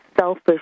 selfish